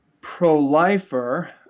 pro-lifer